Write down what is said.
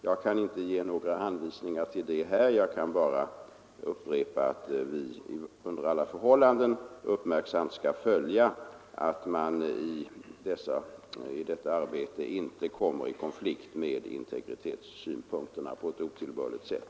Jag kan inte här ge några anvisningar om detta, jag kan bara upprepa att vi under alla förhållanden uppmärksamt skall följa utvecklingen så att man i detta arbete inte kommer i konflikt med integritetssynpunkterna på ett otillbörligt sätt.